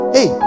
Hey